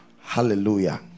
Hallelujah